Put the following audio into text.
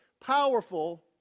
powerful